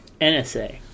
NSA